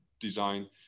design